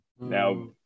Now